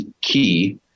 key